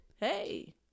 hey